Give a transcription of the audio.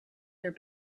their